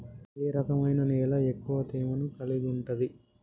ఏ రకమైన నేల ఎక్కువ తేమను కలిగుంటది?